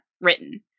written